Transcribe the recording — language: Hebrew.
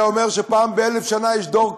היה אומר שפעם באלף שנה יש דור כזה,